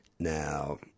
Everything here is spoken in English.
Now